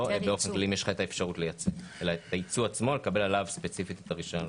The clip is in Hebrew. לא אם יש לך האפשרות לייצא אלא לקבל ספציפית את הרישיון על הייצוא עצמו.